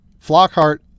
Flockhart